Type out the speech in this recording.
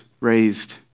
raised